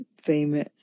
famous